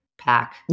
pack